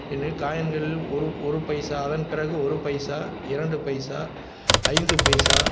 எனவே காயின்கள் ஒரு ஒரு பைசாவின் பிறகு ஒரு பைசா இரண்டு பைசா ஐந்து பைசா